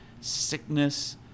sickness